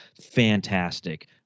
Fantastic